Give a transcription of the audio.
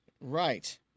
Right